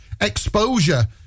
exposure